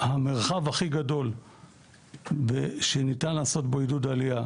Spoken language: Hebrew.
המרחב הכי גדול שניתן לעשות בו עידוד עלייה,